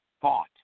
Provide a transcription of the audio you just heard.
thought